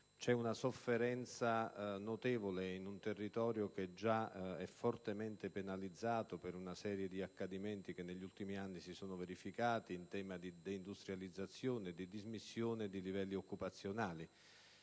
C'è una sofferenza notevole in un territorio già fortemente penalizzato per una serie di accadimenti che si sono verificati negli ultimi anni in tema di deindustrializzazione e dismissione dei livelli occupazionali,